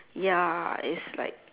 ya it's like